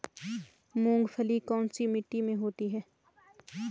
मूंगफली कौन सी मिट्टी में होती है?